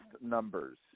numbers